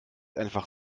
einfach